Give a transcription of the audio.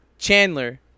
Chandler